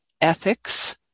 ethics